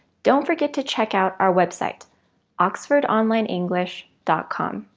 don't forget to check out our website oxford online english dot com.